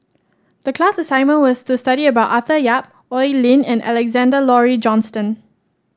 the class assignment was to study about Arthur Yap Oi Lin and Alexander Laurie Johnston